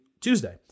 Tuesday